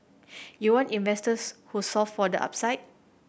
you want investors who solve for the upside